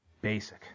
basic